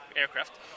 aircraft